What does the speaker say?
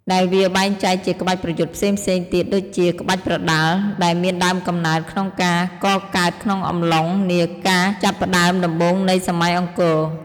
ដែលវាបែងចែកជាក្បាច់ប្រយុទ្ធផ្សេងៗទៀតដូចជា ក្បាច់ប្រដាល់ ដែលមានដើមកំណើតក្នុងការកកើតក្នុងអំឡុងនាការចាប់ផ្ដើមដំបូងនៃសម័យអង្គរ ។